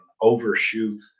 overshoot